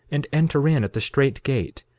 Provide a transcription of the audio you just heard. and enter in at the strait gate,